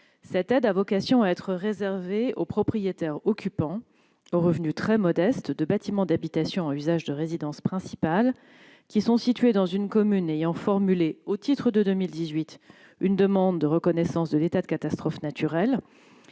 Cette aide a vocation à être réservée aux propriétaires occupants aux revenus très modestes de bâtiments d'habitation à usage de résidence principale situés dans une commune ayant formulé, au titre de l'année 2018, une demande de reconnaissance de l'état de catastrophe naturelle,